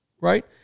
right